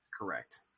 Correct